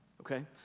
okay